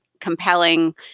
compelling